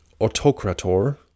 autocrator